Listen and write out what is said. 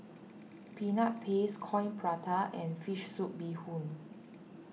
Peanut Paste Coin Prata and Fish Soup Bee Hoon